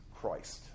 Christ